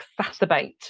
exacerbate